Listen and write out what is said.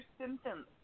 symptoms